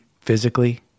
physically